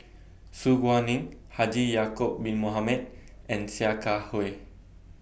Su Guaning Haji Ya'Acob Bin Mohamed and Sia Kah Hui